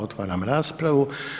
Otvaram raspravu.